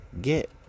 get